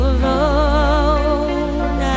alone